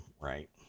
right